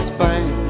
Spain